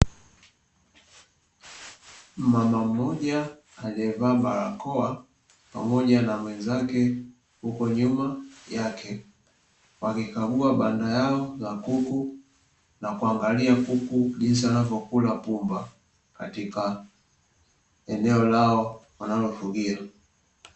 Mama mmoja aliyevaa barakoa pamoja na mwenzake huko nyuma yake, wakikagua banda lao la kuku na kuangalia kuku jinsi wanavyokula pumba katika eneo lao wanalofugia.